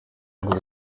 bihugu